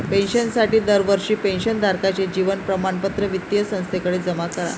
पेन्शनसाठी दरवर्षी पेन्शन धारकाचे जीवन प्रमाणपत्र वित्तीय संस्थेकडे जमा करा